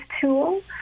tool